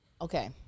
Okay